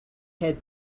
had